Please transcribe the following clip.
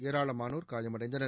ஏராளமானோர் காயமடைந்தனர்